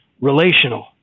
relational